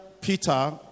Peter